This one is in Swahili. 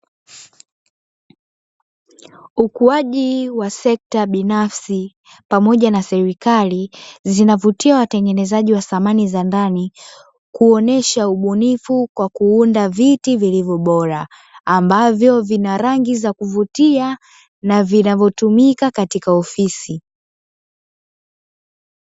Ukuaji wa sekta binafsi pamoja na serikali zinavutia watengenezaji wa samani za ndani, kuonesha ubunifu kwa kuunda viti vilivyo bora ambavyo vina rangi za kuvutia na vinavyotumika katika ofisi.